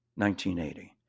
1980